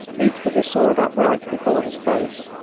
each with his sword upright before his face.